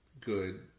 good